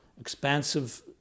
expansive